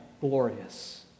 glorious